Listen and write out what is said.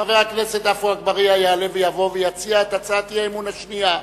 חבר הכנסת עפו אגבאריה יעלה ויבוא ויציע את הצעת האי-האמון השנייה,